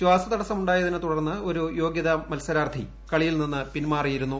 ശ്വാസതടസ്സം ഉണ്ടായതിനെ തുടർന്ന് ഒരു യോഗൃതാ മത്സരാർത്ഥി കളിയിൽ നിന്ന് പിൻമാറിയിരുന്നു